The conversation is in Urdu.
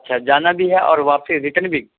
اچھا جانا بھی اور واپس ریٹن بھی